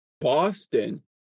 Boston